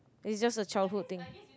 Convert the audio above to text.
it's just a childhood thing